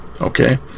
Okay